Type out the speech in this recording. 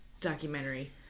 documentary